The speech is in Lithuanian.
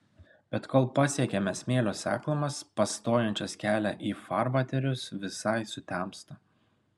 bet kol pasiekiame smėlio seklumas pastojančias kelią į farvaterius visai sutemsta